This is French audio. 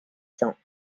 cents